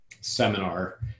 seminar